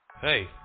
Hey